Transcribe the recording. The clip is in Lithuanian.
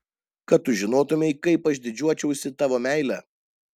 kad tu žinotumei kaip aš didžiuočiausi tavo meile